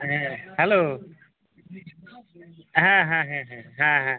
হ্যাঁ হ্যালো হ্যাঁ হ্যাঁ হ্যাঁ হ্যাঁ হ্যাঁ হ্যাঁ